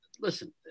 listen